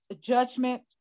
judgment